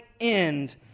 end